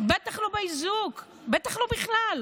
בטח לא באיזוק, בטח לא בכלל.